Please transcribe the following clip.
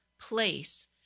place